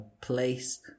place